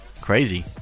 Crazy